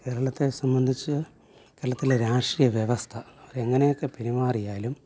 കേരളത്തെ സംബന്ധിച്ചു കേരളത്തിലെ രാഷ്ട്രീയ വ്യവസ്ഥ അവർ എങ്ങനെയൊക്കെ പെരുമാറിയായാലും